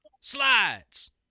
slides